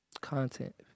Content